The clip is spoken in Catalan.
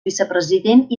vicepresident